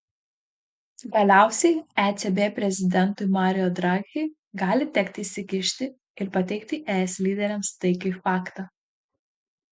galiausiai ecb prezidentui mario draghi gali tekti įsikišti ir pateikti es lyderiams tai kaip faktą